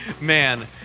Man